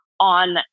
on